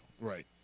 right